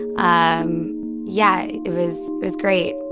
um yeah, it was was great.